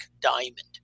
diamond